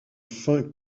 fin